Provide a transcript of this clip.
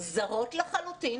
זרות לחלוטין